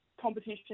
competition